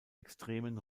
extremen